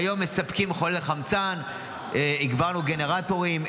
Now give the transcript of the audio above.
כיום מספקים מחולל חמצן, הגברנו גנרטורים.